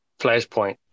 flashpoint